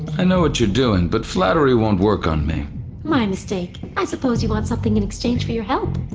i know what you're doing, but flattery won't work on me my mistake. i suppose you want something in exchange for your help